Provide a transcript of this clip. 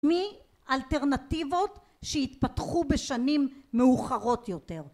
מאלטרנטיבות שהתפתחו בשנים מאוחרות יותר